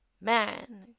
man